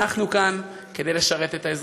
אנחנו כאן כדי לשרת את האזרחים.